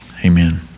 amen